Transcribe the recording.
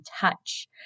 touch